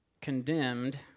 condemned